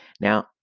Now